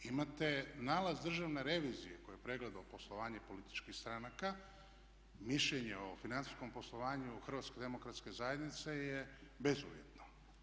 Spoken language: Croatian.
Imate nalaz Državne revizije koji je pregledao poslovanje političkih stranaka, mišljenje o financijskom poslovanju HDZ-a je bezuvjetno.